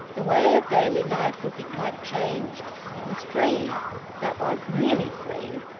the way of daily life would be quite changed. he was free that was, nearly free.